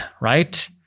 Right